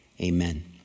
amen